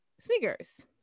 Sneakers